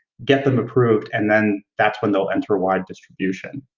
get them approved, and then that's when they'll enter wide distribution.